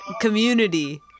Community